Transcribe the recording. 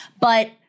But-